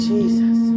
Jesus